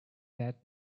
that